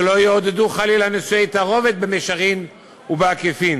שלא יעודדו חלילה נישואי תערובת במישרין ובעקיפין.